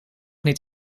niet